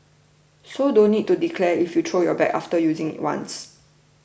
so don't need to declare if you throw your bag after using it once